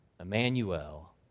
Emmanuel